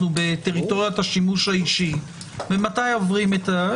בטריטוריית השימוש האישי ומתי עוברים ממנה.